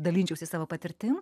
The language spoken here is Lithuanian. dalinčiausi savo patirtim